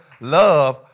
love